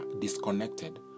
disconnected